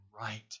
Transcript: right